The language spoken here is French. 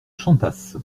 chantasse